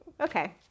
Okay